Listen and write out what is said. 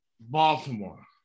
Baltimore